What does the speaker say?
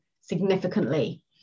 significantly